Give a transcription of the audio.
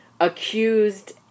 accused